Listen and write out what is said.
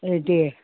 ओ दे